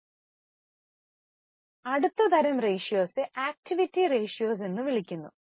ഇപ്പോൾ അടുത്ത തരം അനുപാതങ്ങളെ ആക്റ്റിവിറ്റി റേഷ്യോസ് എന്ന് വിളിക്കുന്നു